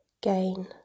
gain